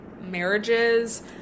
marriages